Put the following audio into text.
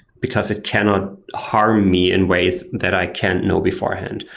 because it cannot harm me in ways that i can know beforehand.